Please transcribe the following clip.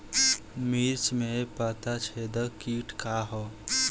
मिर्च में पता छेदक किट का है?